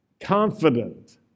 confident